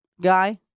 guy